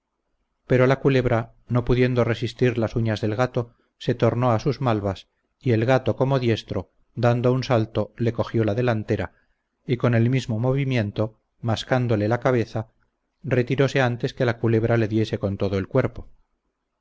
pero la culebra no pudiendo resistir las uñas del gato se tornó a sus malvas y el gato como diestro dando un salto le cogió la delantera y con el mismo movimiento mascándole la cabeza retirose antes que la culebra le diese con todo el cuerpo